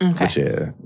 Okay